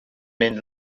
mynd